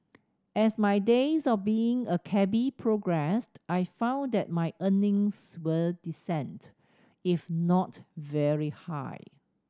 as my days of being a cabby progressed I found that my earnings were decent if not very high